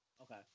Okay